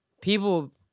people